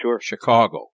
Chicago